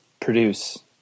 produce